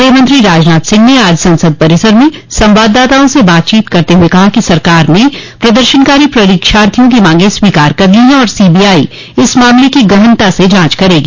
गृहमंत्री राजनाथ सिंह ने आज संसद परिसर में संवाददाताओं से बातचीत करते हुए कहा कि सरकार ने प्रदर्शनकारी परीक्षार्थियों की मांगे स्वीकार कर ली हैं और सीबीआई इस मामले की गहनता से जांच करेगी